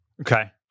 Okay